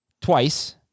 twice